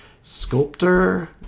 sculptor